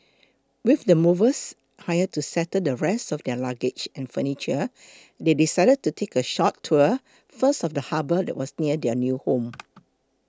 with the movers hired to settle the rest of their luggage and furniture they decided to take a short tour first of the harbour that was near their new home